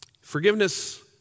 Forgiveness